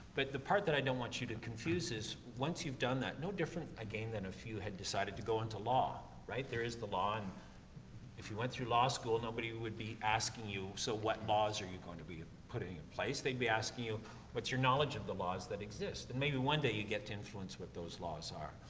but the part that i don't want you to confuse is, once you've done that, no different, again, than if you had decided to go into law, right? there is the law, and if you went through law school, nobody would be asking you, so what laws are going to be putting in place, they'd be asking you what's your knowledge of the laws that exist, and maybe one day you get to influence what those laws are.